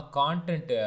content